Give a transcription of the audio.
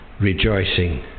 rejoicing